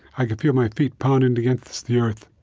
i could feel my feet pounding against the earth.